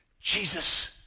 Jesus